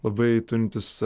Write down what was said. labai turintis